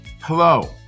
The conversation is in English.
Hello